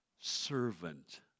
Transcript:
servant